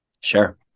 Sure